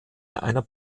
einer